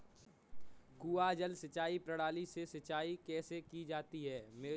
कुआँ जल सिंचाई प्रणाली से सिंचाई कैसे की जाती है?